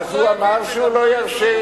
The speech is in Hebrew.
הוא אמר שהוא לא ירשה.